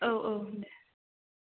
औ औ देह